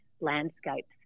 landscapes